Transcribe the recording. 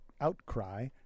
outcry